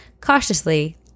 cautiously